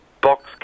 Box